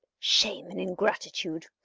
shame and ingratitude!